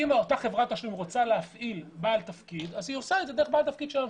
אם החברה רוצה להפעיל בעל תפקיד אז היא עושה את זה דרך בעל תפקיד שלה.